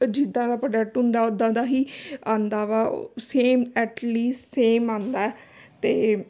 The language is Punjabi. ਉਹ ਜਿੱਦਾਂ ਦਾ ਪ੍ਰੋਡਕਟ ਹੁੰਦਾ ਉਦਾਂ ਦਾ ਹੀ ਆਉਂਦਾ ਵਾ ਸੇਮ ਐਟਲੀ ਸੇਮ ਆਉਂਦਾ ਅਤੇ